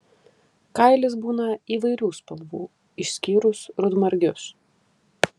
kailis būna įvairių spalvų išskyrus rudmargius